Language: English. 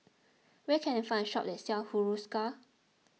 where can I find a shop that sells Hiruscar